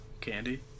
candy